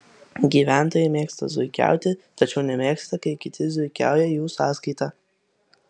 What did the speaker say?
gyventojai mėgsta zuikiauti tačiau nemėgsta kai kiti zuikiauja jų sąskaita